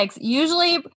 usually